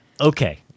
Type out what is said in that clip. Okay